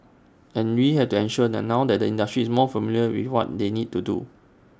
and we have to ensure that now the industry is more familiar with what they need to do